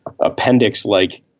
appendix-like